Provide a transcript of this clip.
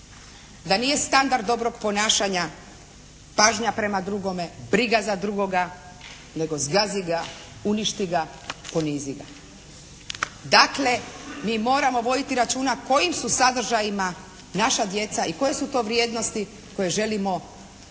da nije standard dobrog ponašanja pažnja prema drugome, briga za drugoga, nego zgazi ga, uništi ga, ponizi ga. Dakle, mi moramo voditi računa kojim su sadržajima naša djeca i koje su to vrijednosti koje želimo propagirati